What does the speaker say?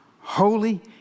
Holy